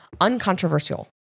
uncontroversial